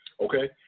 okay